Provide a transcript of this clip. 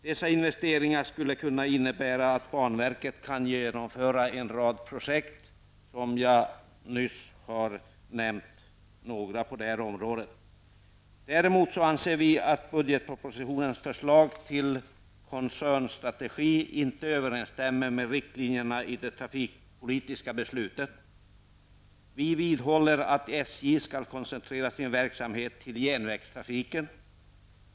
Dessa investeringar skulle kunna innebära att banverket kan genomföra en rad projekt. Jag har nyss nämnt några av dessa. Vi anser att budgetpropositionens förslag till koncernstrategi inte överensstämmer med riktlinjerna i det trafikpolitiska beslutet. Vi vidhåller att SJ skall koncentrera sin verksamhet till järnvägstrafiken.